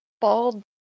bald